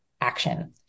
action